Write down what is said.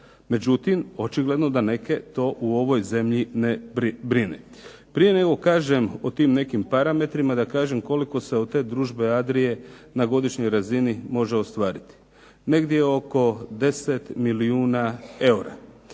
Međutim, očigledno da neke to u ovoj zemlji ne brine. Prije nego kažem o tim nekim parametrima da kažem koliko se od te "Družbe Adrie" na godišnjoj razini može ostvariti. Negdje oko 10 milijuna eura.